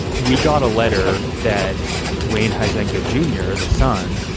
we got a letter that wayne huizenga junior, the son,